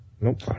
Nope